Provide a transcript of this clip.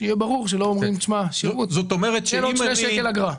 שיהיה ברור שלא אומרים שזה עוד 2 שקלים אגרה.